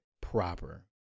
proper